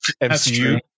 MCU